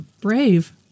brave